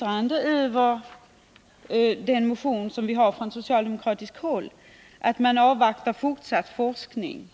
om den socialdemokratiska motionen att det avvaktar fortsatt forskning.